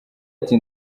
ati